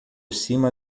cima